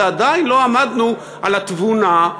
ועדיין לא עמדנו על התבונה,